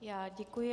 Já děkuji.